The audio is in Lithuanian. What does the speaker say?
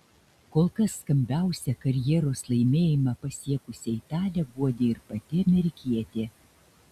kol kas skambiausią karjeros laimėjimą pasiekusią italę guodė ir pati amerikietė